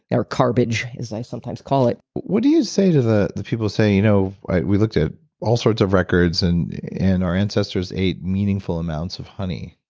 and carbage as i sometimes call it what do you say to the the people saying, you know we looked at all sorts of records and and our ancestors ate meaningful amounts of honey?